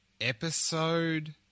Episode